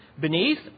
beneath